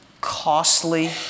costly